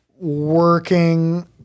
working